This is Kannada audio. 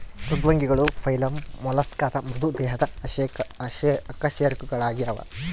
ಮೃದ್ವಂಗಿಗಳು ಫೈಲಮ್ ಮೊಲಸ್ಕಾದ ಮೃದು ದೇಹದ ಅಕಶೇರುಕಗಳಾಗ್ಯವ